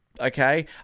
okay